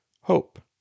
hope